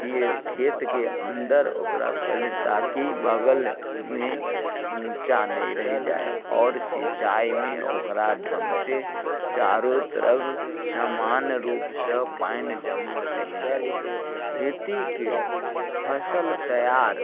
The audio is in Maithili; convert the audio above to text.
फे खेतके अन्दर ओकरा पहिले ताकि बगलमे ऊँचा नहि रहि जाइ आओर सिचाइमे ओकरा ढङ्ग से चारो तरफ समान रूपसँ पानि जमल रहि जाइ खेतीके फसल तैआर